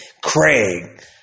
Craig